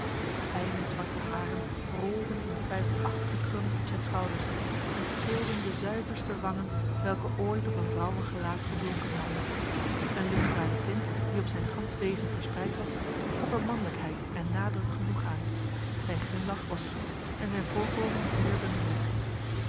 fijne zwarte haren rolden in twijfelachtige krullen op zijn schouders en streelden de zuiverste wangen welke ooit op een vrouwengelaat geblonken hadden een lichtbruine tint die op zijn gans wezen verspreid was gaf er manlijkheid en nadruk genoeg aan zijn glimlach was zoet en zijn voorkomen zeer